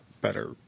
better